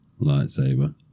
Lightsaber